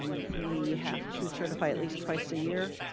um we have to certify at least twice a year.